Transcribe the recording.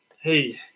Hey